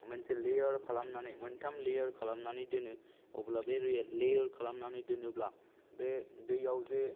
मोनसे लेयार खालामनानै मोनथाम लेयार खालामनानै दोनो अब्ला बे लेयार खालामनानै दोनोब्ला बे दैयाव जे